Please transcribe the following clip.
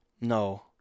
No